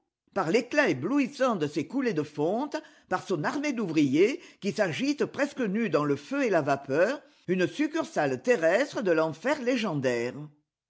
par l'éclat éblouissant de ses coulées de fonte par son armée d'ouvriers qui s'agitent presque nus dans le feu et la vapeur une succursale terrestre de l'enfer légendaire